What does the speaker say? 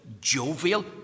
jovial